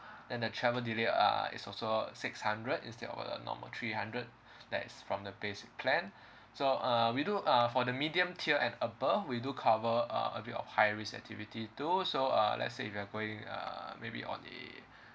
then the travel delay uh is also six hundred instead of the normal three hundred that is from the basic plan so uh we do uh for the medium tier and above we do cover uh a bit of high risk activity too so uh let's say we are going uh maybe on the